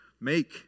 make